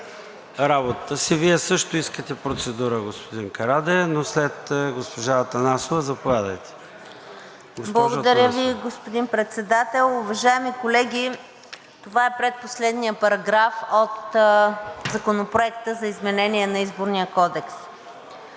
работата си. Вие също искате процедура, господин Карадайъ, но след госпожа Атанасова. ДЕСИСЛАВА АТАНАСОВА (ГЕРБ-СДС): Благодаря Ви, господин Председател. Уважаеми колеги, това е предпоследният параграф от Законопроекта за изменение на Изборния кодекс,